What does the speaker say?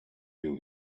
you